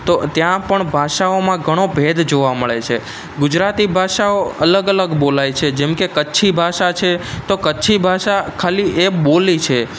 તો ત્યાં પણ ભાષાઓમાં ઘણો ભેદ જોવા મળે છે ગુજરાતી ભાષાઓ અલગ અલગ બોલાય છે જેમકે કચ્છી ભાષા છે તો કચ્છી ભાષા ખાલી એ બોલી છે